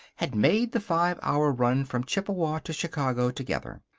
had made the five-hour run from chippewa to chicago together.